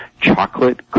chocolate